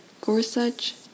Gorsuch